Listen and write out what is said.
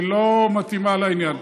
היא לא מתאימה לעניין.